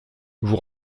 vous